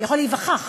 יכול להיווכח